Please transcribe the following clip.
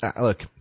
look